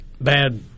bad